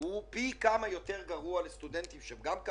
הוא פי כמה יותר גרוע לסטודנטים שהם גם יותר